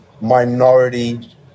minority